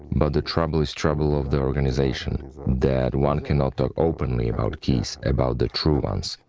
but the trouble is trouble of the organization, that one can not talk openly about keys, about the true ones.